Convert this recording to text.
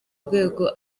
rwego